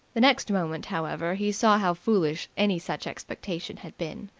the next moment, however, he saw how foolish any such expectation had been.